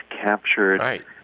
captured